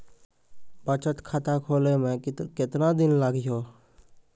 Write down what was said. बचत खाता खोले मे केतना दिन लागि हो?